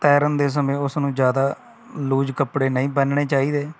ਤੈਰਨ ਦੇ ਸਮੇਂ ਉਸਨੂੰ ਜ਼ਿਆਦਾ ਲੂਜ ਕੱਪੜੇ ਨਹੀਂ ਪਹਿਨਣੇ ਚਾਹੀਦੇ